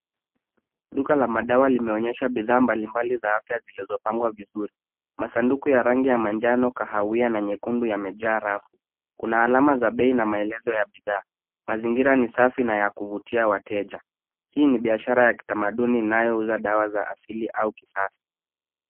Duka la madawa limeonyesha bidhaa mbali mbali za afya zilizopangwa vizuri. Masanduku ya rangi ya manjano, kahawia na nyekundu yamejaa rafu. Kuna alama za bei na maelezo ya bidhaa. Mazingira ni safi na ya kuvutia wateja. Hii ni biashara ya kitamaduni inayouza dawa za kiasili au kisasa.